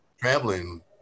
Traveling